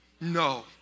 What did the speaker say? No